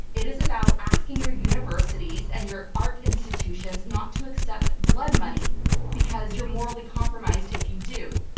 it is about asking your universities and your art institutions not to accept blood money because you're morally compromised if you do.